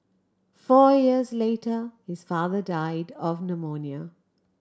four years later his father died of pneumonia